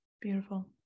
beautiful